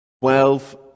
Twelve